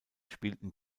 spielten